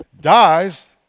dies